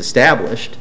established